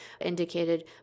indicated